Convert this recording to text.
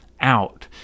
out